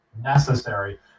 necessary